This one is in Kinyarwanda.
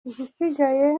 igisigaye